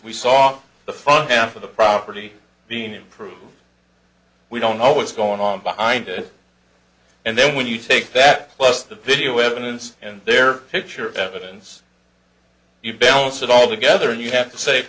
we saw the front of the property being improved we don't know what's going on behind it and then when you take that plus the video evidence and their picture of evidence you balance it all together and you have to say